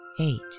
eight